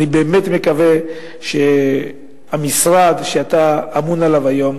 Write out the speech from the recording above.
אני באמת מקווה שהמשרד שאתה ממונה עליו היום